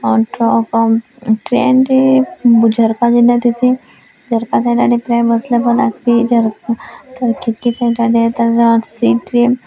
ଆଉ ଟ୍ରକ୍ ଆଉ ଟ୍ରେନ ବୁ ଝରକା ଯେନ୍ତାଥିସି ଝରକା ତାର୍ ଖିଡ଼କି ସାଇଟ୍ ଆଡ଼େ ତାର୍ ଲାଷ୍ଟ ସିଟରେ